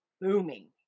booming